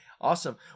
awesome